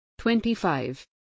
25